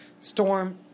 storm